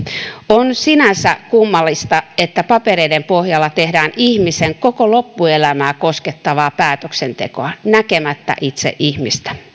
on sinänsä kummallista että papereiden pohjalta tehdään ihmisen koko loppuelämää koskettavaa päätöksentekoa näkemättä itse ihmistä